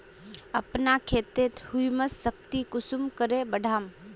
अपना खेतेर ह्यूमस शक्ति कुंसम करे बढ़ाम?